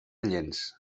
llenç